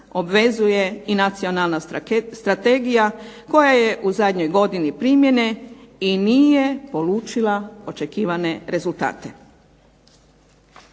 obvezuje i nacionalna strategija koja je u zadnjoj godini primjene i nije polučila očekivane rezultate.